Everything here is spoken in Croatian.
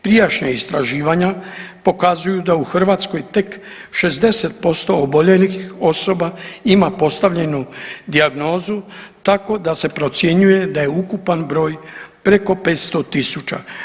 Prijašnja istraživanja pokazuju da u Hrvatskoj tek 60% oboljelih osoba ima postavljenu dijagnozu tako da se procjenjuje da je ukupan broj preko 500.000.